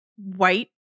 White